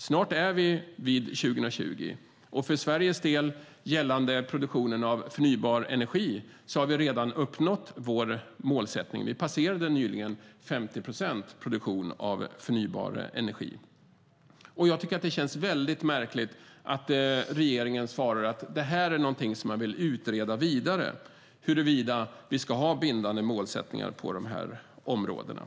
Snart är vi vid 2020, och för Sveriges del gällande produktionen av förnybar energi har vi redan uppnått vårt mål. Vi passerade nyligen 50 procent produktion av förnybar energi. Det känns märkligt att regeringen svarar att man vill utreda vidare huruvida vi ska ha bindande målsättningar på de här områdena.